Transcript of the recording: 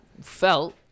felt